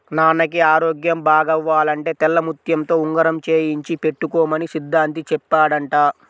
నాన్నకి ఆరోగ్యం బాగవ్వాలంటే తెల్లముత్యంతో ఉంగరం చేయించి పెట్టుకోమని సిద్ధాంతి చెప్పాడంట